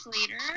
later